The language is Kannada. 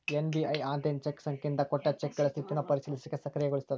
ಎಸ್.ಬಿ.ಐ ಆನ್ಲೈನ್ ಚೆಕ್ ಸಂಖ್ಯೆಯಿಂದ ಕೊಟ್ಟ ಚೆಕ್ಗಳ ಸ್ಥಿತಿನ ಪರಿಶೇಲಿಸಲಿಕ್ಕೆ ಸಕ್ರಿಯಗೊಳಿಸ್ತದ